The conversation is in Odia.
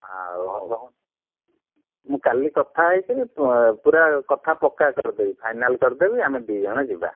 ଆଉ ଭଲ ମୁଁ କାଲି କଥା ହେଇଥିଲି ପୁରା କଥା ପକ୍କା କରିଦେବି ଫାଇନାଲ୍ କରିଦେବି ଆମେ ଦୁଇଜଣ ଯିବା